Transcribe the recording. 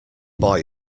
boy